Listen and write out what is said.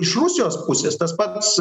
iš rusijos pusės tas pats